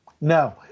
No